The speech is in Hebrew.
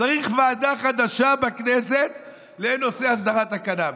צריך ועדה חדשה בכנסת לנושא הסדרת הקנביס.